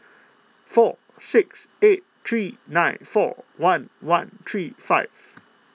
four six eight three nine four one one three five